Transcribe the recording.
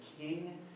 king